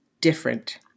different